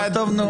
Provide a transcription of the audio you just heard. טוב, נו.